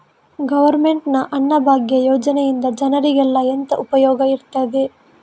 Government ನ ಅನ್ನಭಾಗ್ಯ ಯೋಜನೆಯಿಂದ ಜನರಿಗೆಲ್ಲ ಎಂತ ಉಪಯೋಗ ಇರ್ತದೆ?